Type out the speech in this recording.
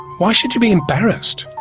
why should you be embarrassed?